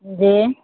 जी